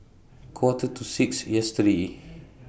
Quarter to six yesterday